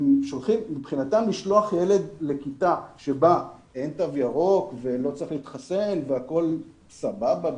מבחינתם לשלוח ילד לכיתה שבה אין תו ירוק ולא צריך להתחסן והכול סבבה,